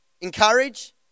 encourage